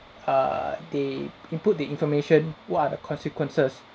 err they input the information what are the consequences